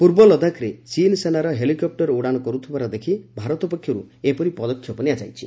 ପୂର୍ବ ଲଦାଖରେ ଚୀନ୍ ସେନାର ହେଲିକପୂର ଉଡ଼ାଣ କର୍ତ୍ଥିବାର ଦେଖି ଭାରତ ପକ୍ଷରୁ ଏପରି ପଦକ୍ଷେପ ନିଆଯାଇଛି